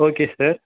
okay sir